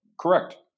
Correct